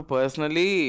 Personally